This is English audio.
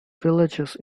villages